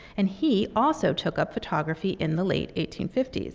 and he also took up photography in the late eighteen fifty s.